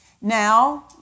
Now